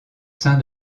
sein